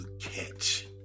catch